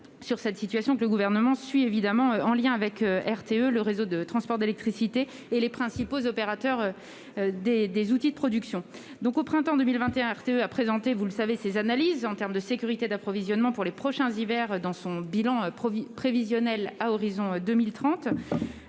sur cette situation, que le Gouvernement suit évidemment, en lien avec RTE, le réseau de transport d'électricité, et les principaux opérateurs des outils de production. Au printemps 2021, RTE a présenté ses analyses en matière de sécurité d'approvisionnement pour les prochains hivers dans son bilan prévisionnel à l'horizon 2030,